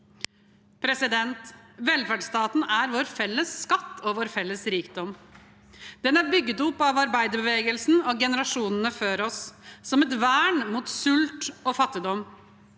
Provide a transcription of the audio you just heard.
valgperiode. Velferdsstaten er vår felles skatt og vår felles rikdom. Den er bygd opp av arbeiderbevegelsen og generasjonene før oss som et vern mot sult og fattigdom.